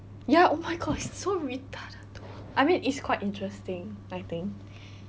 ya oh my god so retarded I mean it's quite interesting I think